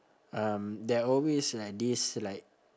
um there always like this like